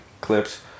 clips